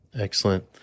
Excellent